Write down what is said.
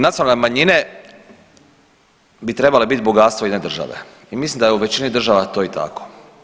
Nacionalne manjine bi trebalo biti bogatstvo jedne države i mislim da je u većini država to i tako.